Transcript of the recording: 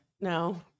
No